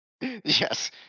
Yes